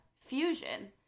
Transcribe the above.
fusion